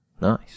Nice